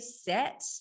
set